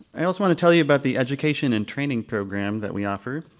i also want to tell you about the education and training program that we offer.